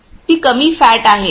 ती कमी फॅट आहे